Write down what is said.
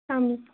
السَّلام علیکم